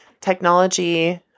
technology